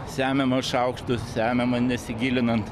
semiama šaukštu semiama nesigilinant